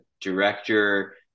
director